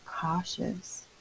cautious